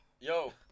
Yo